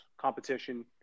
competition